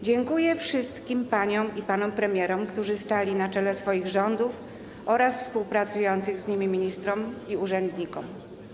Dziękuję wszystkim paniom i panom premierom, którzy stali na czele swoich rządów, oraz współpracującym z nimi ministrom i urzędnikom.